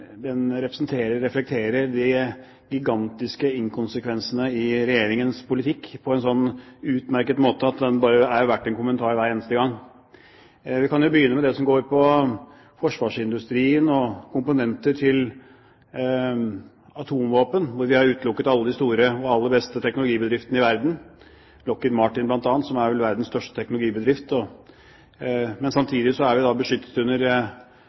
er verdt en kommentar hver eneste gang. Jeg kan jo begynne med det som går på forsvarsindustrien og komponenter til atomvåpen, hvor vi har utelukket alle de store og aller beste teknologibedriftene i verden – Lockheed Martin, bl.a., som vel er verdens største teknologibedrift. Men samtidig er vi beskyttet under artikkel 5, «no first use» av atomvåpen og NATOs doktrine. Da er tydeligvis de samme våpnene ikke fullt så uetiske allikevel. Vi